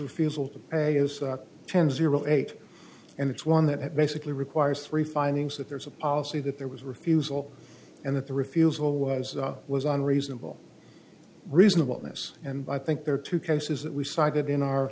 refusal to pay is ten zero eight and it's one that basically requires three findings that there is a policy that there was a refusal and that the refusal was was on reasonable reasonable this and i think there are two cases that we cited in our